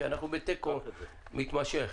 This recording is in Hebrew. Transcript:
כי אנחנו בתיקו מתמשך.